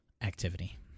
activity